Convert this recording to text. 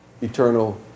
eternal